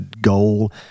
goal